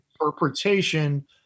interpretation